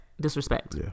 disrespect